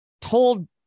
told